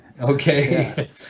okay